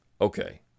okay